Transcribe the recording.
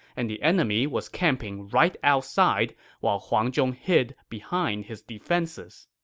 and the enemy was camping right outside while huang zhong hid behind his defenses